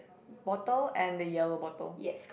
bottle and the yellow bottle